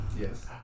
Yes